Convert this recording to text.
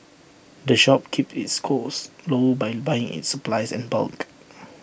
the shop keeps its costs low by buying its supplies in bulk